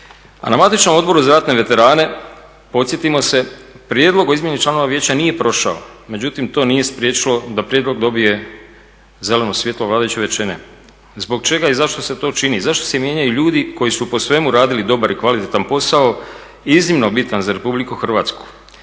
A na matičnom Odboru za ratne veterane podsjetimo se prijedlog o izmjeni članova vijeća nije prošao, međutim to nije spriječilo da prijedlog dobije zeleno svjetlo vladajuće većine. Zbog čega i zašto se to čini? Zašto se mijenjaju ljudi koji su po svemu radili dobar i kvalitetan posao iznimno bitan za RH?